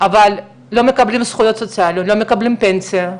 אבל לא מקבלים זכויות סוציאליות, לא מקבלים פנסיה,